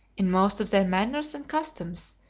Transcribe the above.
in most of their manners and customs,